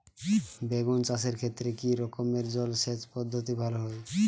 বেগুন চাষের ক্ষেত্রে কি রকমের জলসেচ পদ্ধতি ভালো হয়?